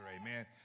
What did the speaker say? Amen